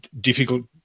difficult